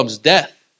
death